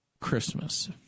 Christmas